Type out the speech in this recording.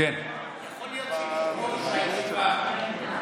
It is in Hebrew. יכול להיות שיושב-ראש הישיבה,